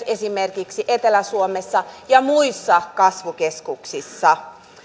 esimerkiksi etelä suomessa ja muissa kasvukeskuksissa